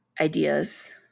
ideas